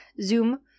Zoom